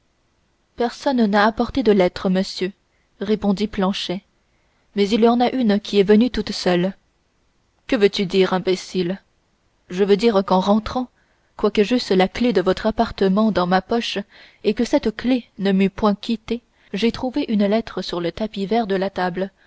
personne n'a apporté de lettre monsieur répondit planchet mais il y en a une qui est venue toute seule que veux-tu dire imbécile je veux dire qu'en rentrant quoique j'eusse la clef de votre appartement dans ma poche et que cette clef ne m'eût point quitté j'ai trouvé une lettre sur le tapis vert de la table